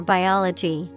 Biology